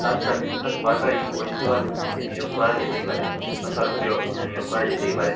তাছাড়া বিভিন্ন সরকারি পরিষেবার মধ্যে নিয়োগ করা যেতেই পারে বা সরকারি অপিসেও নিয়োগ করা যেতেই পারে